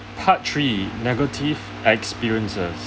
part three negative experiences